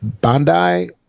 Bandai